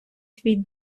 твій